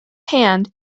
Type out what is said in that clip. hand